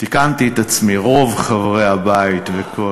רוב חברי הבית.